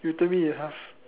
return me in half